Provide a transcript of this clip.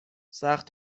سخت